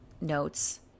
notes